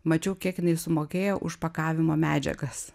mačiau kiek jinai sumokėjo už pakavimo medžiagas